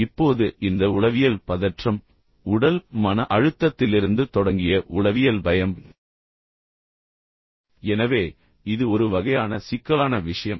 இப்போது இந்த உளவியல் பதற்றம் உடல் மன அழுத்தத்திலிருந்து தொடங்கிய உளவியல் பயம் எனவே இது ஒரு வகையான சிக்கலான விஷயம்